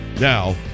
Now